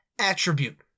attribute